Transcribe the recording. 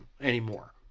anymore